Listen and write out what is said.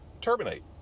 terminate